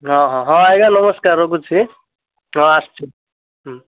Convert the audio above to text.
ହଁ ହଁ ହଁ ଆଜ୍ଞା ନମସ୍କାର ରଖୁଛି ହଁ ଆସୁଛି ହୁଁ